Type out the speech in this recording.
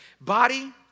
Body